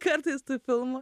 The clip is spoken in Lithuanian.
kartais to filmo